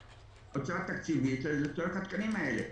בהוצאה תקציבית לצורך התקנים האלה.